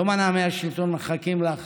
לא מנעמי השלטון מחכים לך